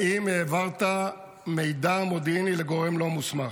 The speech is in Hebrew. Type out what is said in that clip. האם העברת מידע מודיעיני לגורם לא מוסמך?